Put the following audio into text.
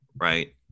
right